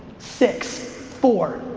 six, four.